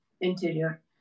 Interior